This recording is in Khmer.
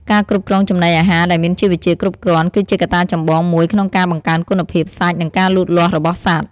ការគ្រប់គ្រងចំណីអាហារដែលមានជីវជាតិគ្រប់គ្រាន់ គឺជាកត្តាចម្បងមួយក្នុងការបង្កើនគុណភាពសាច់និងការលូតលាស់របស់សត្វ។